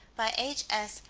by h s.